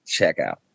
checkout